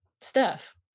Steph